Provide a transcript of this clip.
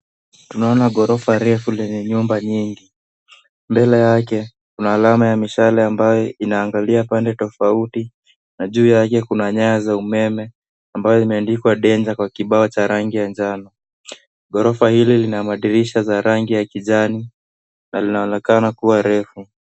Tunaona ghorofa refu lenye nyumba nyingi. Mbele yake kuna alama ya mishale ambayo inaangalia pande tofauti na juu yake kuna nyaya za umeme ambayo imeandikwa danger kwa kibao cha rangi ya njano. Ghorofa hili lina madirisha ya rangi ya kijani na linaonekana kuwa refu.